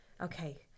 Okay